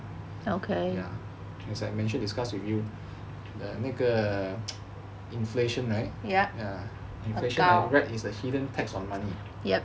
yes I mentioned and discussed with you the 那个 inflation right ya inflation right is a hidden tax on money yet